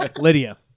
Lydia